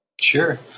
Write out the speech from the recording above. Sure